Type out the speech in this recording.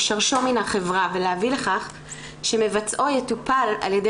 לשרשו מן החברה ולהביא לכך שמבצעו יטופל על ידי